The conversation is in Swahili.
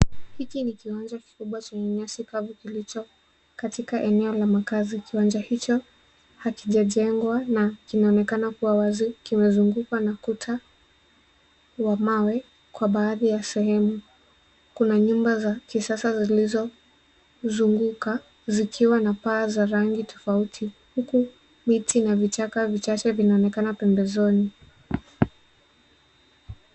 Hiki ni kiwanja kikubwa chenye nyasi kavu kilicho katika eneo la makazi. Kiwanja hicho hakijajengwa na kinaonekana kuwa wazi. Kimezungukwa na kuta wa mawe kwa baadhi ya sehemu. Kuna nyumba za kisasa zilizozunguka zikiwa na paa za rangi tofauti huku miti na vichaka vichache vinaonekana pembezoni.